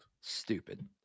Stupid